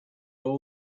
all